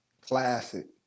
Classic